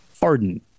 pardon